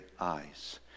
eyes